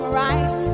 right